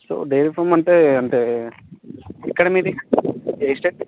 so dairy farm అంటే అంటే ఎక్కడ మీది ఏ స్టేట్